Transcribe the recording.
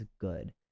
good